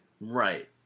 Right